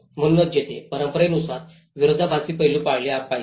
म्हणूनच येथे परंपरेनुसार विरोधाभासी पैलू पाळले पाहिजेत